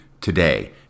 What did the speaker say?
today